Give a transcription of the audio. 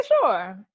sure